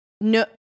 No